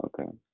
okay